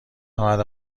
ممد